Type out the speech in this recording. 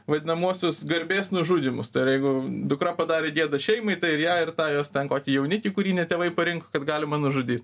vadinamuosius garbės nužudymus tai yra jeigu dukra padarė gėdą šeimai tai ir ją ir tą jos ten kokį jaunikį kurį ne tėvai parinko kad galima nužudyt